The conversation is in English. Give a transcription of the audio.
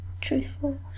truthful